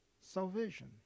salvation